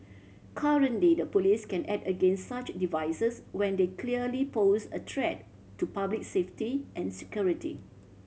currently the police can act against such devices when they clearly pose a threat to public safety and security